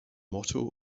motto